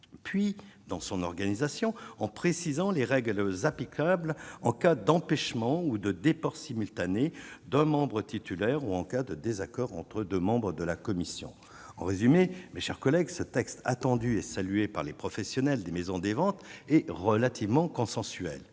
puis dans son organisation en précisant les règles applicables en cas d'empêchement ou de départ simultané de membre titulaire ou en cas de désaccord entre 2 membres de la commission, en résumé, mes chers collègues, ce texte attendue et saluée par les professionnels des maisons des ventes est relativement consensuel,